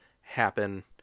happen